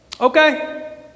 okay